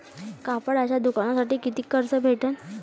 कापडाच्या दुकानासाठी कितीक कर्ज भेटन?